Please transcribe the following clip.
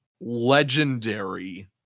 Legendary